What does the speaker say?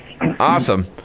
awesome